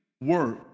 work